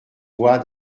voix